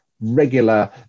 regular